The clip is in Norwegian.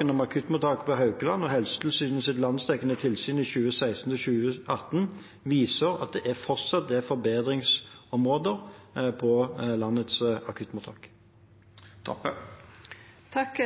om akuttmottaket på Haukeland og Helsetilsynets landsdekkende tilsyn i 2016–2018 viser at det fortsatt er forbedringsområder på landets akuttmottak. Takk